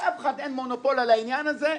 לאף אחד אין מונופול על העניין הזה.